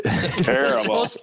terrible